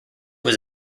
was